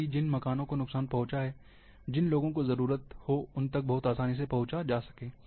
ताकि जिन मकानों को नुकसान पहुंचा है जिन लोगों को जरूरत हो उन तक बहुत आसानी से पहुंच जा सके